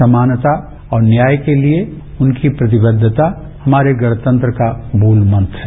समानता और न्याय के लिए उनकी प्रतिबद्वता हमारे गणतंत्र का मूल मंत्र है